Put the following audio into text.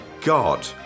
god